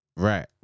right